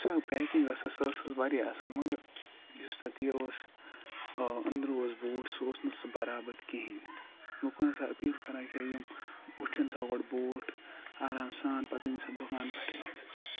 یُس ٮ۪یکِنٛگ ٲسۍ سَہ ٲسٕس وارِیاہ اَصٕل مَگَر یُس تَتھ یہِ اوس أنٛدرٕ اوس بوٗٹھ سُہ اوس نہٕ سُہ بَرابَر تہِ کِہیٖنۍ لُکَن ہَسا أپیٖل کَران کیٛاہ یِم وُچھِنۍ سا گۄڈٕ بوٗٹھ آرام سان پَتہٕ أنۍ سا دُکان پٮ۪ٹھٕے